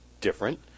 different